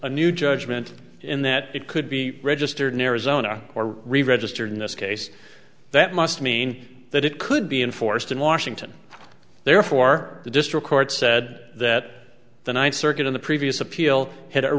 a new judgment in that it could be registered in arizona or reregistered in this case that must mean that it could be enforced in washington therefore the district court said that the ninth circuit in the previous appeal h